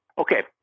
okay